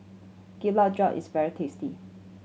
Gulab Jamun is very tasty